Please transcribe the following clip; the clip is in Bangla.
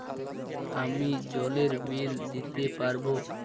আমি জলের বিল দিতে পারবো?